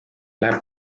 läheb